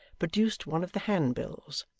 produced one of the handbills,